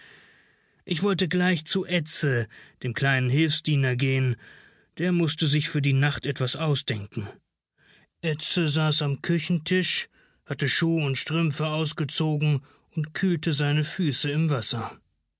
ich wollte gleich zu edse dem kleinen hilfsdiener gehen der mußte sich für die nacht etwas ausdenken edse saß am küchentisch hatte schuh und strümpfe ausgezogen und kühlte seine füße im wasser